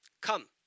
Come